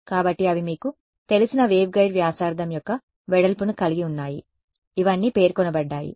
కాబట్టి అవి మీకు తెలిసిన వేవ్గైడ్ వ్యాసార్థం యొక్క వెడల్పును కలిగి ఉన్నాయి ఇవన్నీ పేర్కొనబడ్డాయి